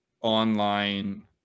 online